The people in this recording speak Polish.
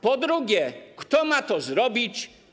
Po drugie: Kto ma to zrobić?